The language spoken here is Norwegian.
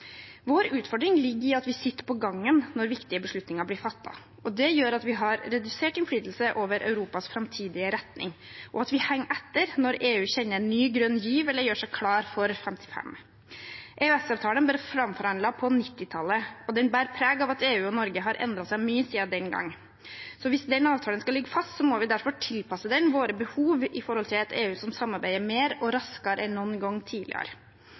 Vår utfordring ligger i at vi sitter på gangen når viktige beslutninger blir fattet. Det gjør at vi har redusert innflytelse over Europas framtidige retning, og at vi henger etter når EU kjenner en «ny grønn giv» eller gjør seg «klar for 55». EØS-avtalen ble framforhandlet på 1990-tallet, og den bærer preg av at EU og Norge har endret seg mye siden den gang. Hvis den avtalen skal ligge fast, må vi derfor tilpasse den til våre behov med tanke på et EU som samarbeider mer og raskere enn noen gang tidligere.